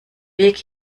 weg